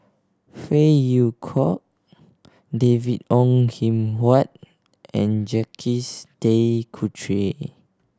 Phey Yew Kok David Ong Kim Huat and Jacques De Coutre